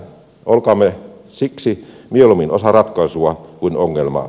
olkaamme siksi mieluummin osa ratkaisua kuin ongelmaa